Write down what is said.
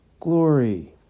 glory